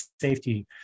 safety